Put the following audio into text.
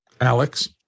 Alex